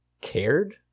cared